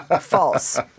False